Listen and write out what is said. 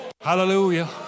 hallelujah